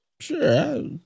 Sure